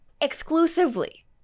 exclusively